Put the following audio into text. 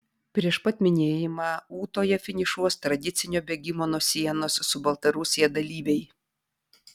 prieš pat minėjimą ūtoje finišuos tradicinio bėgimo nuo sienos su baltarusija dalyviai